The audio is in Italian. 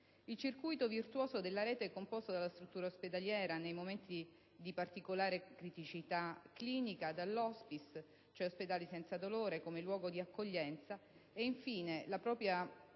Il circuito virtuoso della rete è composto dalla struttura ospedaliera, nei momenti di particolare criticità clinica, dall'*hospice*, cioè ospedale senza dolore, come luogo di accoglienza, e infine la propria